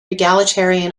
egalitarian